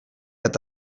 eta